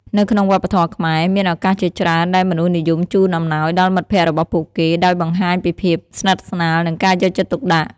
នៅក្នុងវប្បធម៌ខ្មែរ មានឱកាសជាច្រើនដែលមនុស្សនិយមជូនអំណោយដល់មិត្តភក្តិរបស់ពួកគេ ដោយបង្ហាញពីភាពស្និទ្ធស្នាល និងការយកចិត្តទុកដាក់។